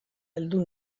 heldu